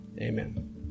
Amen